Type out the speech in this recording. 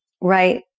Right